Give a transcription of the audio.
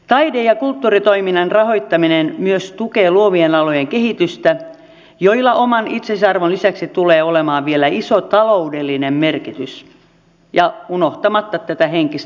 taide ja kulttuuritoiminnan rahoittaminen myös tukee luovien alojen kehitystä ja niillä tulee olemaan oman itseisarvonsa lisäksi vielä iso taloudellinen merkitys unohtamatta tätä henkistä puolta